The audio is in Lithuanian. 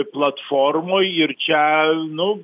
platformoj ir čia nu